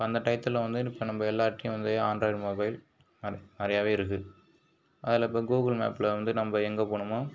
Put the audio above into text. அப்போ அந்த டயத்தில் வந்து இப்போ நம் எல்லார்ட்டேயும் வந்து ஆண்ட்ராய்டு மொபைல் நிறையவே இருக்குது அதில் இப்போ கூகுள் மேப்பில் வந்து நம்ம எங்கே போகணுமோ